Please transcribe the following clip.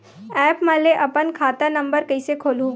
App म ले अपन खाता नम्बर कइसे खोलहु?